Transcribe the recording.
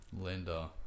Linda